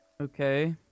Okay